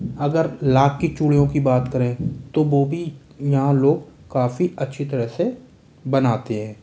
अगर लाक की चूड़ियों की बात करें तो वो भी यहाँ लोग काफ़ी अच्छी तरह से बनाते है